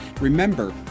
Remember